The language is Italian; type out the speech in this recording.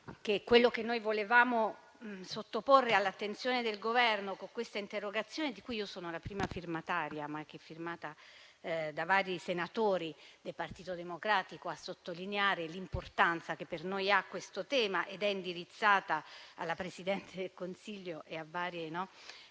che quello che volevamo sottoporre all'attenzione del Governo con l'interrogazione - di cui sono la prima firmataria, ma che è firmata da vari senatori del Partito Democratico, a sottolineare l'importanza che per noi ha questo tema, e che è indirizzata alla Presidenza del Consiglio dei ministri